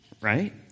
right